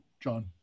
John